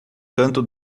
canto